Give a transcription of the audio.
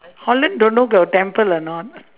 holland don't know got temple or not